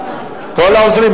כל העוזרים,